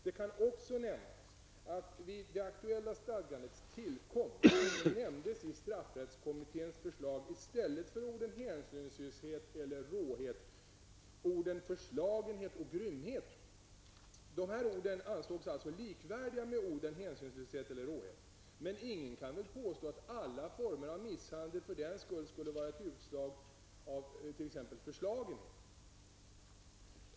Det kan också nämnas att vid det aktuella stadgandets tillkomst nämndes i straffrättskommitténs förslag i stället för orden ''hänsynslöshet eller råhet'' orden ''förslagenhet och grymhet''. Dessa ord ansågs alltså likvärdiga med orden ''hänslöshet eller råhet''. Men ingen kan väl påstå att alla former av misshandel skulle vara ett utslag av t.ex. förslagenhet.